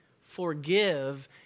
Forgive